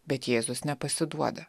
bet jėzus nepasiduoda